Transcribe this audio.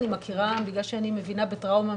בגלל שאני מבינה בטראומה